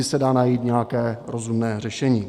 Vždy se dá najít nějaké rozumné řešení.